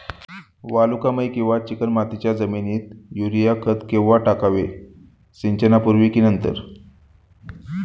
वालुकामय किंवा चिकणमातीच्या जमिनीत युरिया खत केव्हा टाकावे, सिंचनापूर्वी की नंतर?